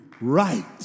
right